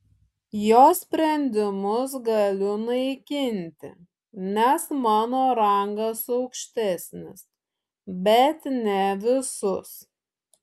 jo sprendimus galiu naikinti nes mano rangas aukštesnis bet ne visus